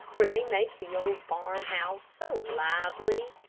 for they make the old farmhouse so lively.